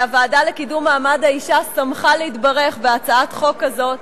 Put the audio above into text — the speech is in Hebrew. הוועדה לקידום מעמד האשה שמחה להתברך בהצעת חוק כזאת,